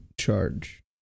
charge